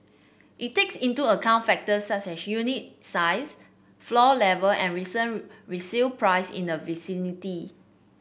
it takes into account factors such as unit size floor level and recent resale price in the vicinity